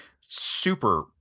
super